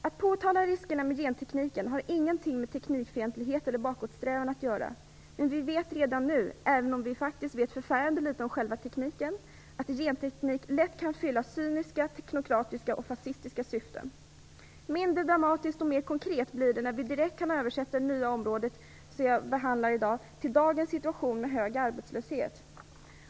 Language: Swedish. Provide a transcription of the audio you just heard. Att påtala riskerna med gentekniken har ingenting med teknikfientlighet eller bakåtsträvan att göra. Men vi vet redan nu, även om vi faktiskt vet förfärande litet om själva tekniken, att genteknik lätt kan fylla cyniska, teknokratiska och fascistiska syften. Mindre dramatiskt och mer konkret blir det när vi direkt kan översätta detta nya område till dagens situation med hög arbetslöshet.